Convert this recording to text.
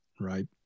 right